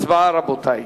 הצבעה, רבותי.